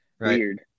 weird